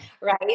right